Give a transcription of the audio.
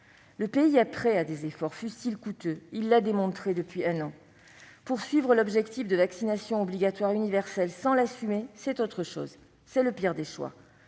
Le pays est prêt à des efforts, fussent-ils coûteux- il l'a démontré depuis plus d'un an. Poursuivre l'objectif de vaccination obligatoire universelle sans l'assumer, c'est autre chose : c'est le pire des choix